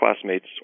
classmates